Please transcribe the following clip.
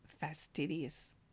fastidious